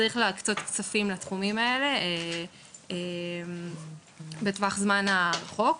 צריך להקצות כספים לתחומים האלה בטווח זמן החוק,